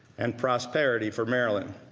and prosperity for maryland.